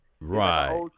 Right